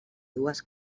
dues